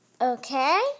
Okay